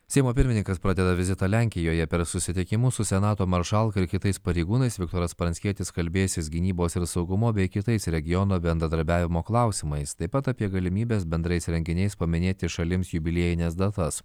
seimo pirmininkas pradeda vizitą lenkijoje per susitikimus su senato maršalka ir kitais pareigūnais viktoras pranckietis kalbėsis gynybos ir saugumo bei kitais regiono bendradarbiavimo klausimais taip pat apie galimybes bendrais renginiais paminėti šalims jubiliejines datas